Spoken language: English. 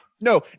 No